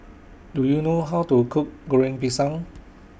Do YOU know How to Cook Goreng Pisang